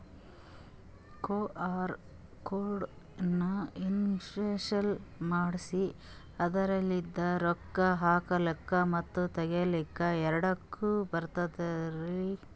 QR code ನ install ಮಾಡೆಸಿ ಅದರ್ಲಿಂದ ರೊಕ್ಕ ಹಾಕ್ಲಕ್ಕ ಮತ್ತ ತಗಿಲಕ ಎರಡುಕ್ಕು ಬರ್ತದಲ್ರಿ?